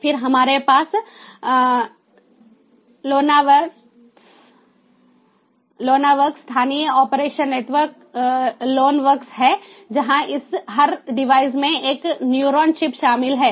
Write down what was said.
फिर हमारे पास लोनावर्क्स स्थानीय ऑपरेशन नेटवर्क लोनवर्क्स हैं जहां हर डिवाइस में एक न्यूरॉन चिप शामिल है